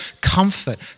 comfort